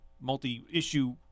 multi-issue